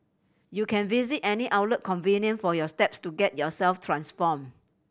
you can visit any outlet convenient for your steps to get yourself transformed